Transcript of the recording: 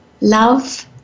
Love